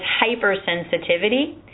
hypersensitivity